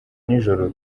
nijoro